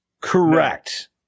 Correct